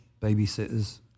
babysitters